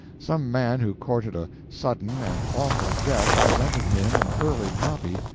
some man who courted a sudden and awful death presented him an early copy,